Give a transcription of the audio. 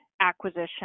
acquisition